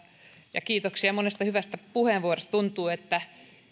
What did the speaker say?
ja kiitoksia monesta hyvästä puheenvuorosta tuntuu että tänään